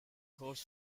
hopes